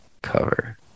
cover